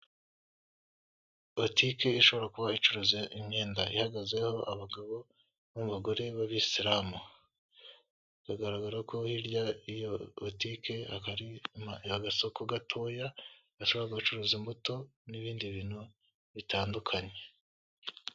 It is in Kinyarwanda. Botike ishobora kuba icuruza imyenda ihagazeho abagabo n'abagore b'abisilamu, biragaragara ko hirya ya'iyo botike hari agasoko gatoya gashobora kuba gucuruza imbuto n'ibindi bintu bitandukanye.